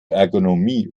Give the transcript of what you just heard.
ergonomie